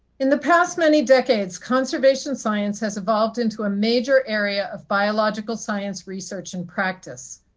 in the past many decades conservation science has evolved into a major area of biological science, research and practice.